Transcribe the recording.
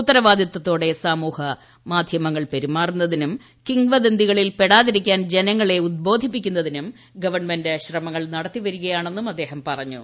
ഉത്തരവാദിത്തത്തോടെ സമൂഹ മാധ്യമങ്ങൾ പെരുമാറുന്നതിനും കിംവദന്തികളിൽ പെടാതിരിക്കാൻ ജനങ്ങളെ ഉദ്ബോധിപ്പിക്കുന്നതിനും ഗവൺമെന്റ് ശ്രമങ്ങൾ നടത്തിവരികയാണെന്ന് അദ്ദേഹം പറഞ്ഞു